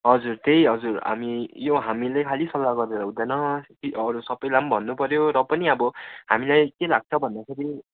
हजुर त्यही हजुर हामी यो हामीले खालि सल्लाह गरेर हुँदैन कि अरू सबैलाई पनि भन्नै पऱ्यो र पनि अब हामीलाई के लाग्छ भन्दाखेरि